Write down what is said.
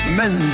men